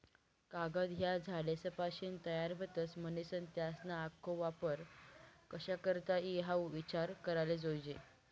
कागद ह्या झाडेसपाशीन तयार व्हतस, म्हनीसन त्यासना आखो वापर कशा करता ई हाऊ ईचार कराले जोयजे